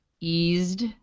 eased